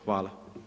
Hvala.